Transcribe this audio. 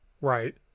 Right